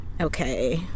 okay